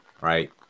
right